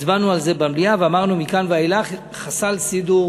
הצבענו על זה במליאה ואמרנו: מכאן ואילך חסל סידור